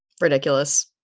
Ridiculous